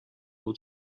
بود